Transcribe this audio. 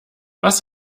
was